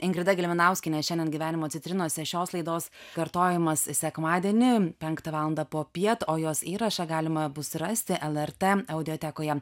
ingrida gelminauskienė šiandien gyvenimo citrinose šios laidos kartojimas sekmadienį penktą valandą popiet o jos įrašą galima bus rasti lrt audiotekoje